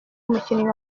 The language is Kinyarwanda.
umukinyi